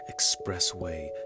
expressway